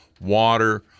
water